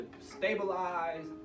stabilize